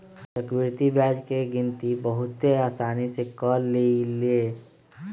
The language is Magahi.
हम चक्रवृद्धि ब्याज के गिनति बहुते असानी से क लेईले